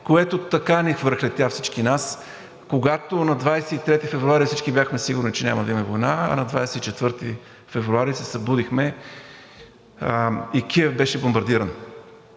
което така ни връхлетя всички нас, когато на 23 февруари всички бяхме сигурни, че няма да има война, а на 24 февруари се събудихме и Киев беше бомбардиран.